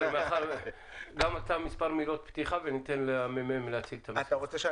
הממ"מ בבקשה.